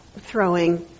throwing